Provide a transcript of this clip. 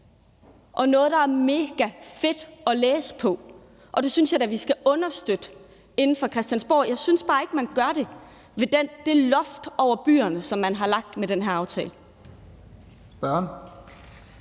og nogle, der er mega fede at læse på. Det synes jeg da vi skal understøtte herinde fra Christiansborg. Jeg synes bare ikke, man gør det med det loft over byerne, som man har lagt med den her aftale.